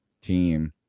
team